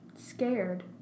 scared